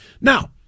Now